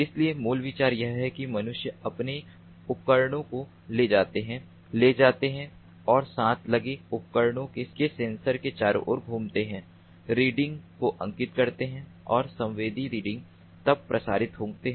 इसलिए मूल विचार यह है कि मनुष्य अपने उपकरणों को ले जाते हैं और साथ लगे उपकरणों के सेंसर के चारों ओर घूमते हैं रीडिंग को अंकित करते हैं और संवेदी रीडिंग तब प्रसारित होते हैं